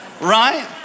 Right